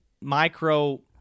micro